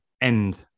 end